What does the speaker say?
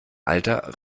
alter